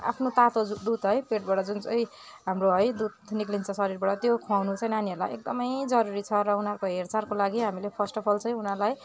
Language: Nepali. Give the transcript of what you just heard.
आफ्नो तातो दुध है पेटबाट जुन चाहिँ हाम्रो है दुध निक्लिन्छ शरीरबाट त्यो खुवाउनु चाहिँ नानीहरूलाई एकदमै जरुरी छ र उनीहरूको हेरचाहको लागि हामीले फर्स्ट अफ अल चाहिँ उनीहरूलाई